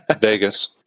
Vegas